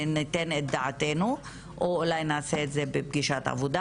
וניתן את דעתנו או אולי נעשה את זה בפגישת עבודה.